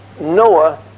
Noah